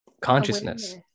consciousness